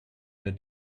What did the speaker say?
their